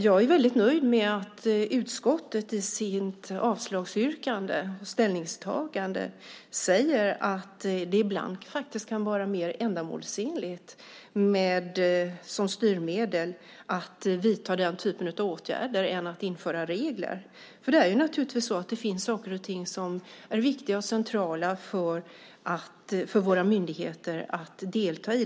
Jag är väldigt nöjd med att utskottet i sitt ställningstagande säger att det ibland faktiskt kan vara mer ändamålsenligt som styrmedel att vidta den typen av åtgärder än att införa regler. Det finns naturligtvis sådant som det är viktigt och centralt för våra myndigheter att delta i.